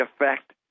effect